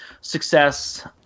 success